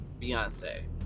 Beyonce